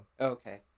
Okay